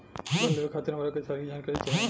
Loan लेवे खातीर हमरा के सारी जानकारी चाही?